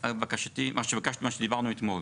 על בקשתי, על מה שביקשת ומה שדיברנו אתמול